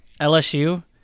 LSU